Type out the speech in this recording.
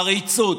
עריצות,